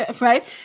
Right